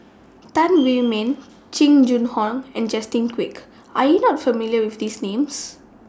Tan Wu Meng Jing Jun Hong and Justin Quek Are YOU not familiar with These Names